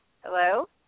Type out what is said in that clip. Hello